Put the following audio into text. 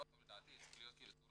לדעתי צריך להיות בצורה